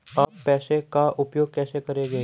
आप पैसे का उपयोग कैसे करेंगे?